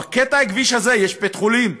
בקטע הכביש הזה יש בית-חולים,